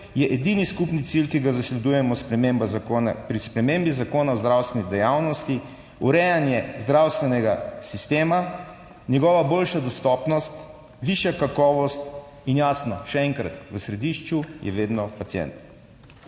je edini skupni cilj, ki ga zasledujemo, sprememba zakona pri spremembi Zakona o zdravstveni dejavnosti, urejanje zdravstvenega sistema, njegova boljša dostopnost, višja kakovost in jasno, še enkrat, v središču je vedno pacient.